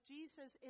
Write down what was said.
Jesus